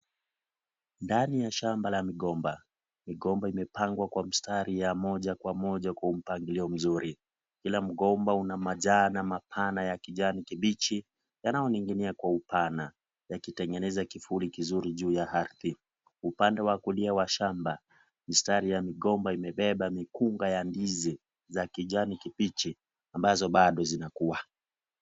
Ndani ya shamba la migomba, migomba imepangwa kwa mstari ya moja kwa moja kwa mpangilio mzuri kila mgomba una majani mapana ya kijani kibichi yanayoning'inia kwa upana yakitengeneza kivuli kizuri juu ya ardhi, upande wa kulia wa shamba, mistari ya migomba imebeba mikungu ya ndizi za kijani kibichi ambazo bado zinakua.